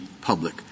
public